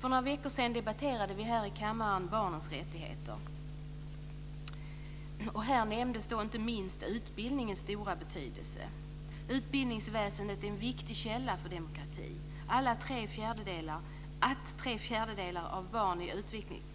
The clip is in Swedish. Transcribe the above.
För några veckor sedan debatterade vi här i kammaren barnens rättigheter. Här nämndes då inte minst utbildningens stora betydelse. Utbildningsväsendet är en viktig källa för demokrati. Att tre fjärdedelar av barn i